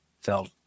felt